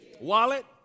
Wallet